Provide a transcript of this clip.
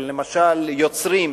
של למשל יוצרים,